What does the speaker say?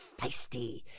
feisty